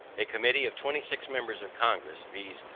a committee of twenty-six members of congress, viz.